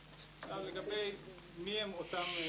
לגבי מי הם אותם מוסדות,